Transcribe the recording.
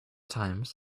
times